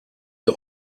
der